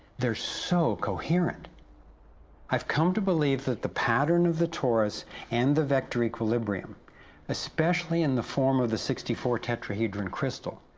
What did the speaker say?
they're so coherent i've come to believe that the pattern of the torus and the vector equilibrium especially in the form of the sixty four tetrahedran crystal,